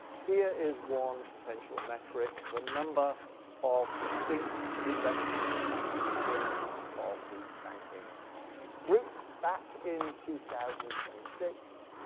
here is one potential metric. the number of distinct legal entities within each of these banking groups. back in two thousand and six,